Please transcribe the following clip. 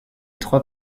trois